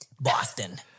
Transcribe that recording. Boston